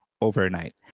overnight